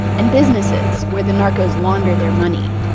and businesses where the narcos launder their money.